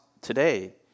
today